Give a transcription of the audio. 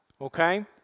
Okay